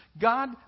God